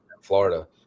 Florida